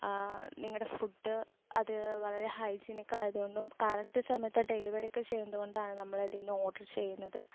നിങ്ങളുടെ ഫുഡ് അത് വളരെ ഹൈജീനിക്കായതുകൊണ്ടും കറക്റ്റ് സമയത്ത് ഡെലിവറി ഒക്കെ ചെയ്യുന്നതുകൊണ്ടാണ് നമ്മളിതിന്ന് ഓർഡറ് ചെയ്യുന്നത്